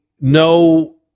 no